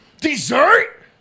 Dessert